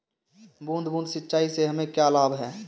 बूंद बूंद सिंचाई से हमें क्या लाभ है?